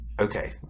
okay